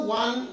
one